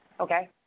Okay